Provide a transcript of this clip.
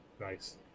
Nice